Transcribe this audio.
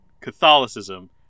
Catholicism